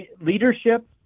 leadership